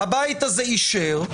הבית הזה אישר,